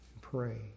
Pray